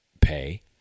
pay